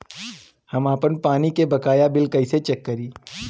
हम आपन पानी के बकाया बिल कईसे चेक करी?